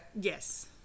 Yes